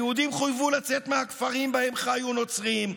היהודים חויבו לצאת מהכפרים שבהם חיו נוצרים,